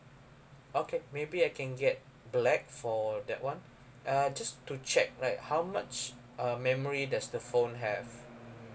okay maybe I can get black for that [one] uh just to check like how much uh memory does the phone have